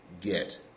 get